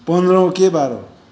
पन्ध्रौँ के बार हो